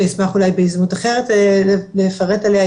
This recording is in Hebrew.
אשמח אולי בהזדמנות אחרת לספר עליה,